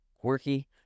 quirky